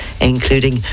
including